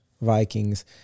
Vikings